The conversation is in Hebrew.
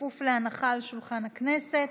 בכפוף להנחה על שולחן הכנסת.